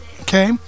Okay